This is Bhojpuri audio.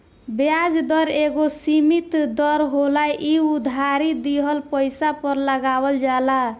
ब्याज दर एगो सीमित दर होला इ उधारी दिहल पइसा पर लगावल जाला